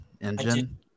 Engine